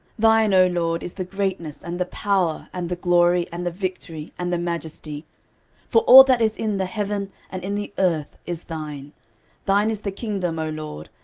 thine, o lord is the greatness, and the power, and the glory, and the victory, and the majesty for all that is in the heaven and in the earth is thine thine is the kingdom, o lord,